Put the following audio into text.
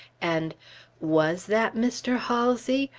and was that mr. halsey?